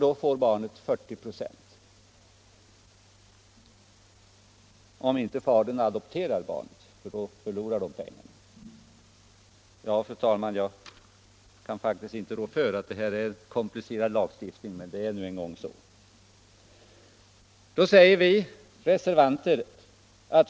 Då får barnet 40 96 om inte styvfadern adopterar barnet för då förlorar det pensionen. Ja, fru talman, jag kan faktiskt inte rå för att det här 143 är komplicerad lagstiftning, men det är nu en gång så.